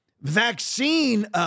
vaccine